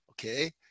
Okay